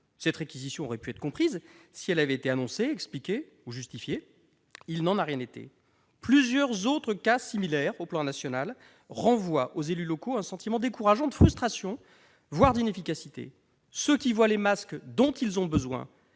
Cette réquisition aurait pu être comprise si elle avait été annoncée, expliquée ou justifiée. Il n'en a rien été ! Plusieurs autres cas similaires constatés sur le territoire national renvoient aux élus locaux un sentiment décourageant de frustration, voire d'inefficacité. Ceux qui voient les masques dont ils ont besoin